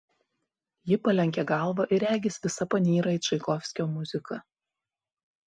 ji palenkia galvą ir regis visa panyra į čaikovskio muziką